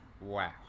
wow